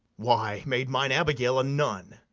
why, made mine abigail a nun.